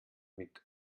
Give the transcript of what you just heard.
mit